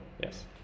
yes